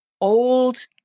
old